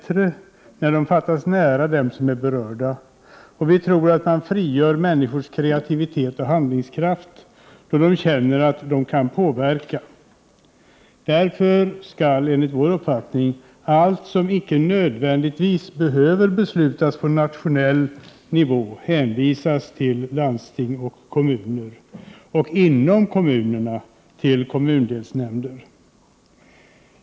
1988/89:129 fattas nära dem som är berörda, och vi tror att man frigör människors 6 juni 1989 kreativitet och handlingskraft då de känner att de kan påverka. Därför skall enligt vår uppfattning allt som inte nödvändigtvis behöver beslutas på nationell nivå hänvisas till landsting och kommuner — och inom kommunerna till kommundelsnämnder.